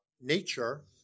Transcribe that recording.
nature